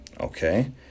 Okay